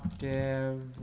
dev